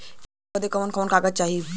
ऐकर बदे कवन कवन कागज चाही?